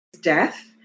death